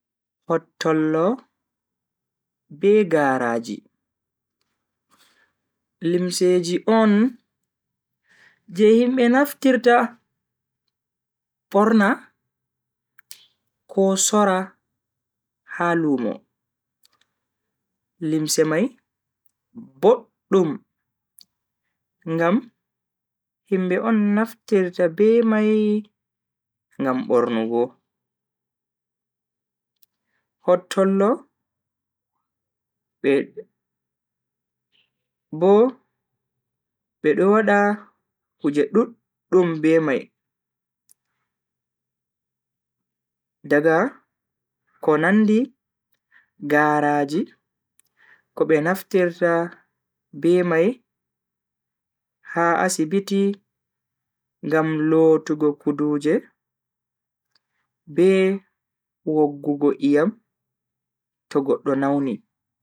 Hottollo, be garaaji. Limseji on je himbe naftirta borna ko sora ha lumo. Limse mai boddum ngam himbe on naftirta be mai ngam bornugo. Hottollo be.. bo bedo wada kuje duddum be mai daga ko nandi garaaji ko be naftira be mai ha asibiti ngam lotugo kuduje be woggugo iyam to goddo nauni.